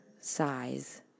size